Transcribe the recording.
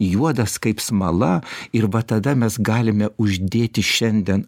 juodas kaip smala ir va tada mes galime uždėti šiandien